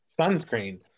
sunscreen